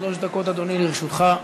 שלוש דקות, אדוני, לרשותך.